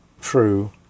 true